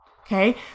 Okay